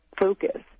focus